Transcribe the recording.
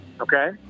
okay